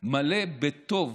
מלא בטוב